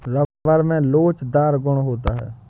rubber में लोचदार गुण होता है